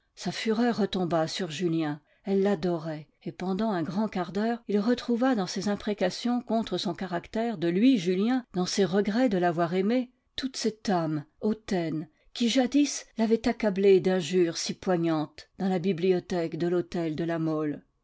sa fureur retomba sur julien elle l'adorait et pendant un grand quart d'heure il retrouva dans ses imprécations contre son caractère de lui julien dans ses regrets de l'avoir aimé toute cette âme hautaine qui jadis l'avait accablé d'injures si poignantes dans la bibliothèque de l'hôtel de la mole